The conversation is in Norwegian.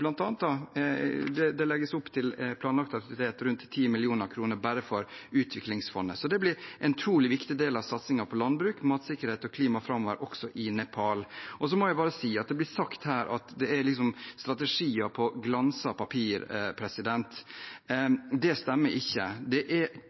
det bl.a. legges opp til planlagt aktivitet til rundt 10 mill. kr for bare Utviklingsfondet. Det blir en utrolig viktig del av satsingen på landbruk, matsikkerhet og klima framover også i Nepal. Så må jeg bare si at det blir sagt her at det liksom er strategier på glanset papir.